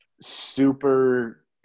super